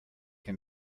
him